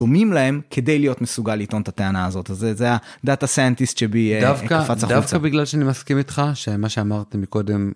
דומים להם כדי להיות מסוגל לטעון את הטענה הזאת, אז זה היה Data Scientist שבי קפץ החולצה. דווקא בגלל שאני מסכים איתך, שמה שאמרת מקודם...